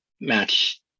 match